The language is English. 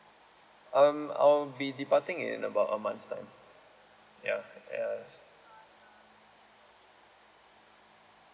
um I'll be departing in about a month's time ya yes